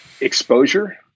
exposure